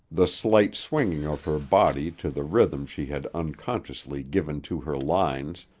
the slight swinging of her body to the rhythm she had unconsciously given to her lines,